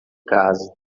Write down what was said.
caso